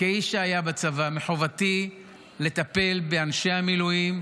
כאיש שהיה בצבא מחובתי לטפל באנשי המילואים,